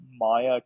Maya